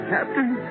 Captain